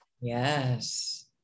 Yes